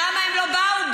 למה הם לא באו?